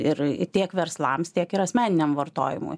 ir tiek verslams tiek ir asmeniniam vartojimui